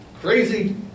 crazy